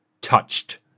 touched